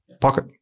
pocket